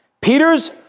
Peter's